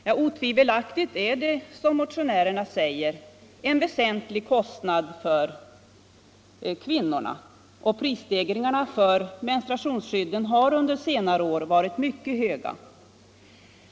Ja, otvivelaktigt är det som motionärerna säger en väsentlig kostnad för kvinnorna, och prisstegringarna på menstruationsskydden har under senare år varit mycket höga.